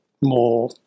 more